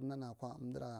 magarante ma nur mar nur.